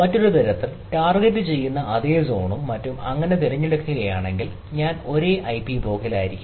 മറ്റൊരു തരത്തിൽ ടാർഗെറ്റുചെയ്യുന്ന അതേ സോണും മറ്റും എങ്ങനെയെങ്കിലും തിരഞ്ഞെടുക്കുകയാണെങ്കിൽ ഞാൻ ഒരേ ഐപി ബ്ലോക്കിലായിരിക്കാം